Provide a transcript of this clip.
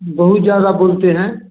बहुत ज़्यादा बोलते हैं